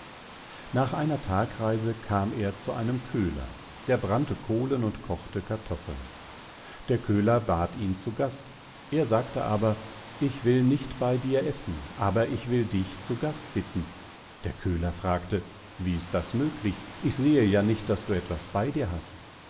nach einer tagreise kam er zu einem köhler der brannte kohlen und kochte kartoffeln der köhler bat ihn zu gast er sagte aber ich will nicht bei dir essen aber ich will dich zu gast bitten der köhler fragte wie ist das möglich ich sehe ja nicht daß du etwas bei dir hast